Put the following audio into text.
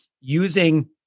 using